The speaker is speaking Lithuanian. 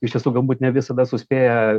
iš tiesų galbūt ne visada suspėja